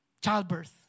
childbirth